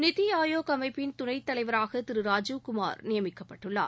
நித்தி ஆயோக் அமைப்பின் துணை தலைவராக திரு ராஜீவ்குமார் நியமிக்கப்பட்டுள்ளார்